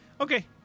Okay